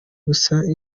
gusaza